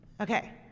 Okay